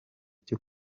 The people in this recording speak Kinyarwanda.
cyo